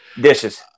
Dishes